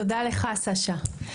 תודה לך, סשה.